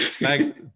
Thanks